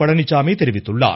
பழனிசாமி தெரிவித்துள்ளார்